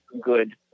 good